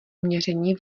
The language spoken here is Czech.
měření